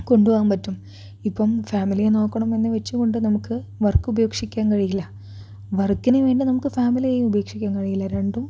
കൊണ്ടു പോകാൻ പറ്റും ഇപ്പം ഫാമിലിയെ നോക്കണം എന്നു വെച്ചു കൊണ്ട് നമുക്ക് വർക്ക് ഉപേക്ഷിയ്ക്കാൻ കഴിയില്ല വർക്കിനു വേണ്ടി നമുക്ക് ഫാമിലിയെയും ഉപേക്ഷിയ്ക്കാൻ കഴിയില്ല രണ്ടും